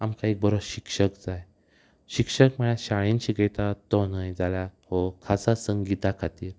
आमकां एक बरो शिक्षक जाय शिक्षक म्हळ्यार शाळेन शिकयता तो न्हय जाल्या हो खासा संगिता खातीर